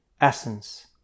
essence